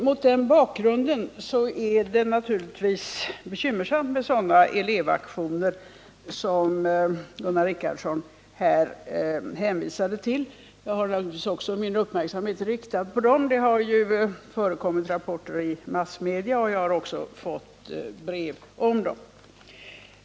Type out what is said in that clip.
Mot den bakgrunden är det naturligtvis bekymmersamt med sådana elevaktioner som Gunnar Richardson pekade på, och jag har självfallet min uppmärksamhet riktad på dem. Det har förekommit rapporter i massmedia om dessa företeelser, och jag har också fått brev om dem.